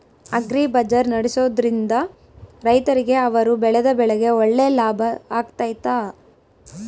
Agri bazaar ನಡೆಸ್ದೊರಿಂದ ರೈತರಿಗೆ ಅವರು ಬೆಳೆದ ಬೆಳೆಗೆ ಒಳ್ಳೆ ಲಾಭ ಆಗ್ತೈತಾ?